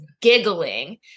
giggling